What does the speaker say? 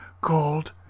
called